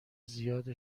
زیاد